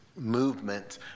Movement